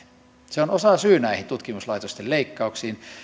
se on osasyy näihin tutkimuslaitosten leikkauksiin